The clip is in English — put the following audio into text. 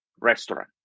restaurant